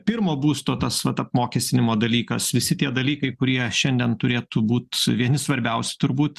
pirmo būsto tas vat apmokestinimo dalykas visi tie dalykai kurie šiandien turėtų būt vieni svarbiausių turbūt